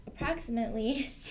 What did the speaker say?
approximately